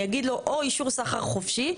אני אגיד לו, או אישור סחר חופשי.